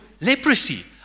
leprosy